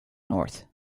north